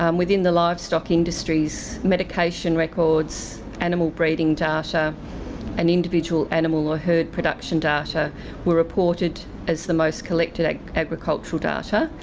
um within the livestock industries medication records, animal breeding data and individual animal ah herd production data were reported as the most collected like agricultural data,